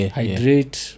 hydrate